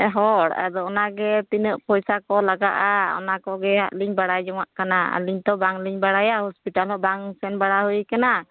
ᱦᱚᱲ ᱟᱫᱚ ᱚᱱᱟᱜᱮ ᱛᱤᱱᱟᱹᱜ ᱯᱚᱭᱥᱟ ᱠᱚ ᱞᱟᱜᱟᱜᱼᱟ ᱚᱱᱟ ᱠᱚᱜᱮ ᱦᱟᱜ ᱞᱤᱧ ᱵᱟᱲᱟᱭ ᱡᱚᱝᱟᱜ ᱠᱟᱱᱟ ᱟᱹᱞᱤᱧ ᱛᱳ ᱵᱟᱝ ᱞᱤᱧ ᱵᱟᱲᱟᱭᱟ ᱦᱳᱥᱯᱤᱴᱟᱞ ᱦᱚᱸ ᱵᱟᱝ ᱥᱮᱱ ᱵᱟᱲᱟ ᱦᱩᱭᱟᱠᱟᱱᱟ